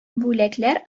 бүләкләр